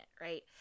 right